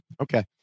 Okay